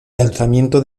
lanzamiento